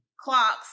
clocks